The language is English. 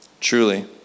Truly